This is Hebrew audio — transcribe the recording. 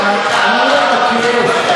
אני מבקש,